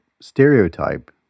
stereotype